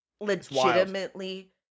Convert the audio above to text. legitimately